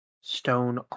stone